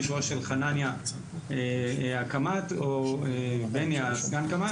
באישורו של חנניה הקמ"ט או בני סגן הקמ"ט.